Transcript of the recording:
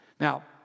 Now